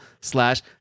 slash